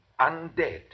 undead